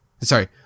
Sorry